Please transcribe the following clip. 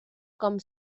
com